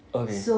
okay